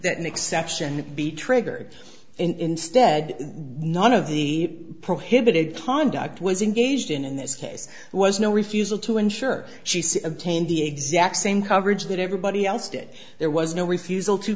an exception be triggered and instead one of the prohibited conduct was engaged in in this case was no refusal to ensure she obtained the exact same coverage that everybody else did there was no refusal to